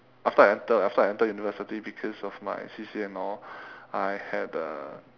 after I enter after I enter university because of my C_C_A and all I had a